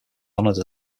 honored